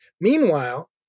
Meanwhile